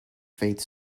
faith